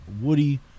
woody